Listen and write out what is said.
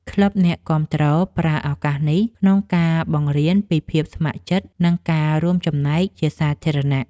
ក្លឹបអ្នកគាំទ្រប្រើឱកាសនេះក្នុងការបង្រៀនពីភាពស្ម័គ្រចិត្ត និងការរួមចំណែកជាសាធារណៈ។